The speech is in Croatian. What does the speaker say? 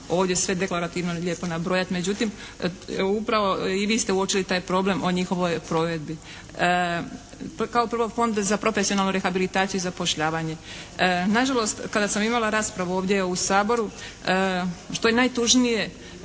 ovdje sve deklarativno lijepo nabrojati. Međutim, evo upravo i vi ste uočili taj problem o njihovoj provedbi. Kao prvo Fond za profesionalnu rehabilitaciju i zapošljavanje. Nažalost, kada sam imala raspravu ovdje u Saboru, što je najtužnije